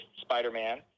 Spider-Man